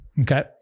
Okay